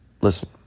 Listen